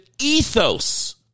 ethos